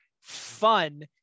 fun